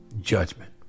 judgment